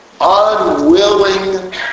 unwilling